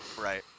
Right